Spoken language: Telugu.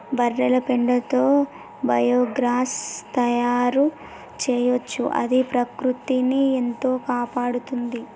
బర్రెల పెండతో బయోగ్యాస్ తయారు చేయొచ్చు అది ప్రకృతిని ఎంతో కాపాడుతుంది